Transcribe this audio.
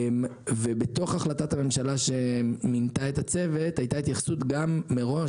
בתוך החלטת הממשלה שמינתה את הצוות הייתה התייחסות מראש,